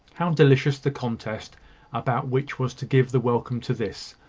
how delicious the contest about which was to give the welcome to this,